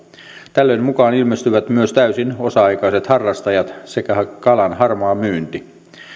tällöin mukaan ilmestyvät myös täysin osa aikaiset harrastajat sekä kalan harmaa myynti